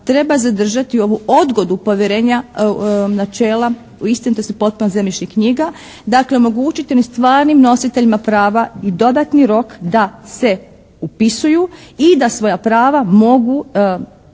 treba zadržati ovu odgodu povjerenja, načela istinitosti i potpunosti zemljišnih knjiga. Dakle omogućiti stvarnim nositeljima prava i dodatni rok da se upisuju i da svoja prava mogu